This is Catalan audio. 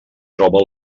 troba